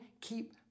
keep